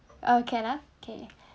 uh can ah okay